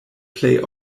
plej